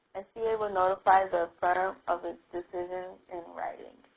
sba will notify the firm of its decision in writing.